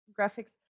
graphics